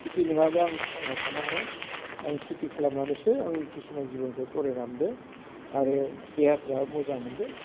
खेथि नङाबा आं थांना थानो हाया आं खेथि खालामनानैसो आं खिसुमान जिबनखौ थरेलांदो आरो देहाफ्रा मोजां मोनदों